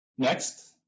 Next